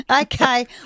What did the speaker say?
Okay